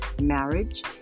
marriage